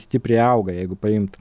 stipriai auga jeigu paimt